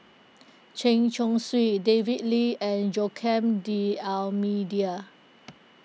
Chen Chong Swee David Lee and Joaquim D'Almeida